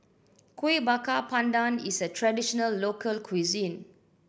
Kueh Bakar Pandan is a traditional local cuisine